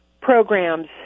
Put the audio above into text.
programs